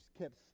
kept